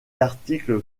l’article